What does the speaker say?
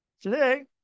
Today